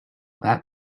that